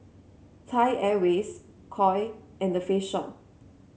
Thai Airways Koi and The Face Shop